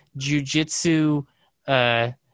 jujitsu